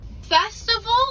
Festival